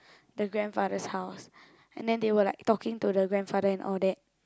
the grandfather's house and then they were like talking to the grandfather and all that